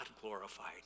glorified